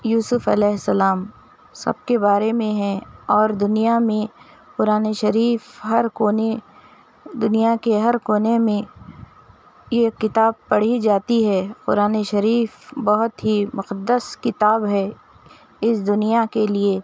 یوسف علیہ السّلام سب کے بارے میں ہے اور دنیا میں قرآن شریف ہر کونے دنیا کے ہر کونے میں یہ کتاب پڑھی جاتی ہے قرآن شریف بہت ہی مُقَدَّس کتاب ہے اس دنیا کے لیے